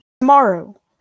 Tomorrow